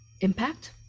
impact